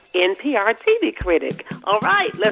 npr tv critic. all right.